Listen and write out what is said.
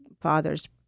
father's